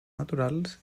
naturals